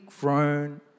grown